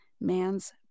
man's